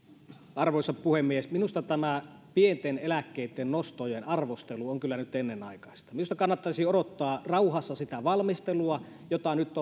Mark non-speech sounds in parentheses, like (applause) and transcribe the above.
arvoisa puhemies minusta tämä pienten eläkkeitten nostojen arvostelu on kyllä nyt ennenaikaista minusta kannattaisi odottaa rauhassa sitä valmistelua jota nyt (unintelligible)